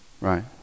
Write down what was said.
right